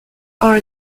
are